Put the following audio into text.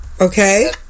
okay